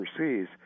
overseas